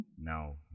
Now